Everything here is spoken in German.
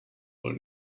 wohl